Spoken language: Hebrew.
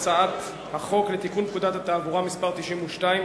את הצעת החוק לתיקון פקודת התעבורה (מס' 92),